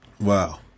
Wow